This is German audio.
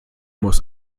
muss